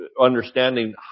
understanding